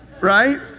Right